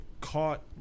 caught